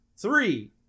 Three